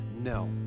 No